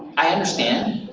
i understand,